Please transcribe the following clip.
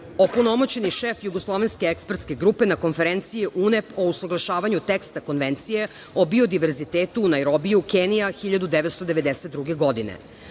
opunomoćeni šef Jugoslovenske ekspertske grupe na Konferenciji UNEP, o usaglašavanju teksta konvencije, o biodiverzitetu, Najrobi, Kenija, 1992.